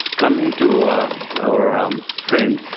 coming to our um friend,